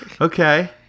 Okay